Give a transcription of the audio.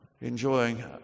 enjoying